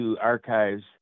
archives